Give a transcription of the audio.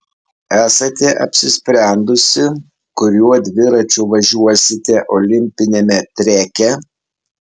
esate apsisprendusi kuriuo dviračiu važiuosite olimpiniame treke